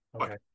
Okay